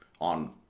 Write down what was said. on